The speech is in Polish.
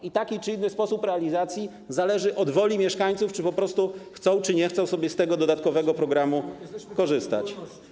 I taki, czy inny sposób realizacji zależy od woli mieszkańców - czy po prostu chcą, czy nie chcą sobie z tego dodatkowego programu korzystać.